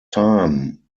time